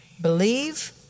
Believe